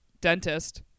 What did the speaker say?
dentist